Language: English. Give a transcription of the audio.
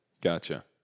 Gotcha